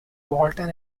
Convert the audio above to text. walton